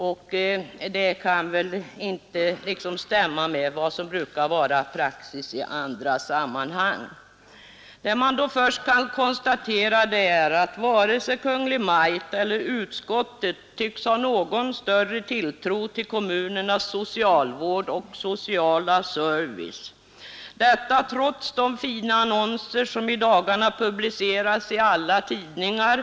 Men det kan väl inte stämma med vad som brukar vara paxis i andra sammanhang. Man kan då först konstatera att varken Kungl. Maj:t eller utskottet tycks ha någon större tilltro till kommunernas socialvård och sociala service, detta trots de fina annonser som i dagarna publiceras i alla tidningar.